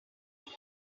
more